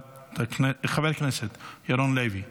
חבר הכנסת ירון לוי,